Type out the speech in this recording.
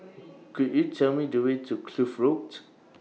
Could YOU Tell Me The Way to Kloof Road